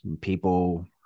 people